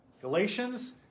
Galatians